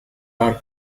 are